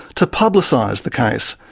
to publicise the case.